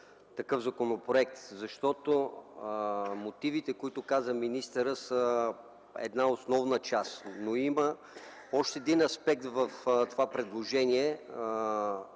такъв законопроект, защото мотивите, които изложи министърът, са една основна част, но има още един аспект в това предложение